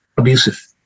abusive